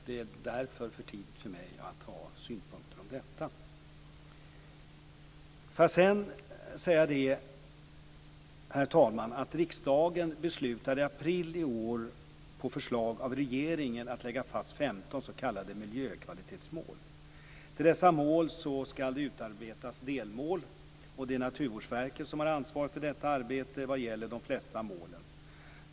Det är därför för tidigt för mig att ha synpunkter på detta. Herr talman! Riksdagen beslutade i april i år, på förslag av regeringen, att lägga fast 15 s.k. miljökvalitetsmål. Till dessa mål skall det utarbetas delmål, och det är Naturvårdsverket som har ansvaret för detta arbete vad gäller de flesta målen.